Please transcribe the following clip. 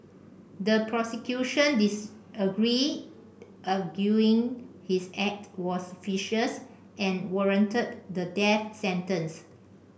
the prosecution disagreed arguing his act was vicious and warranted the death sentence